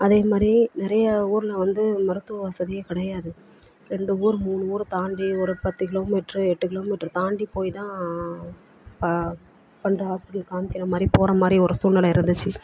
அதே மாதிரியே நிறைய ஊரில் வந்து மருத்துவ வசதியே கிடையாது ரெண்டு ஊர் மூணு ஊர் தாண்டி ஒரு பத்து கிலோமீட்டர் எட்டு கிலோமீட்டர் தாண்டி போய் தான் இப்போ அந்த ஹாஸ்பிட்டல் காண்மிக்கிற மாதிரி போகிற மாதிரி ஒரு சூழ்நில இருந்துச்சு